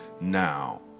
now